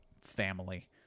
family